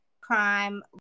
crime